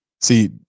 See